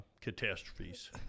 catastrophes